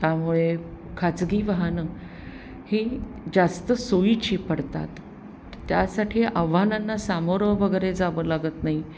त्यामुळे खाजगी वाहनं ही जास्त सोयीची पडतात त्यासाठी आव्हानांना सामोरं वगैरे जावं लागत नाही